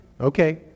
okay